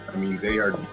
mean they are